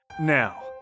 Now